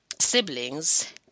siblings